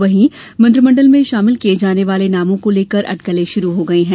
वहीं मंत्रिमंडल में शामिल किये जाने वाले नामों को लेकर अटकलें शुरू हो गई हैं